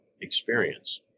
experience